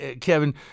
Kevin